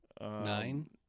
Nine